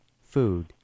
food